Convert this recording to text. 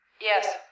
Yes